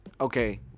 okay